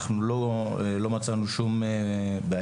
אנחנו לא מצאנו שום בעיה.